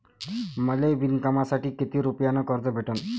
मले विणकामासाठी किती रुपयानं कर्ज भेटन?